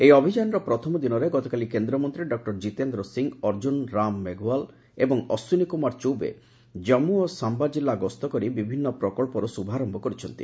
ଏହି ଅଭିଯାନର ପ୍ରଥମ ଦିନରେ ଗତକାଲି କେନ୍ଦ୍ରମନ୍ତ୍ରୀ ଡକ୍ଟର କିତେନ୍ଦ୍ର ସିଂ ଅର୍ଜ୍ଜୁନ ରାମ ମେଘୱାଲ ଏବଂ ଅଶ୍ୱିନୀ କୁମାର ଚୌବେ ଜାନ୍ଷୁ ଓ ଶାମ୍ବା ଜିଲ୍ଲା ଗସ୍ତ କରି ବିଭିନ୍ନ ପ୍ରକଳ୍ପର ଶୁଭାରମ୍ଭ କରିଛନ୍ତି